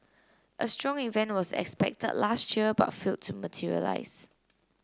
a strong event was expected last year but failed to materialise